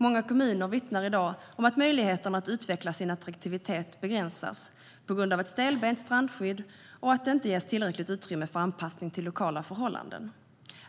Många kommuner vittnar i dag om att möjligheten att utveckla sin attraktivitet begränsas på grund av ett stelbent strandskydd och att det inte ges tillräckligt utrymme för anpassning till lokala förhållanden.